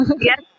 yes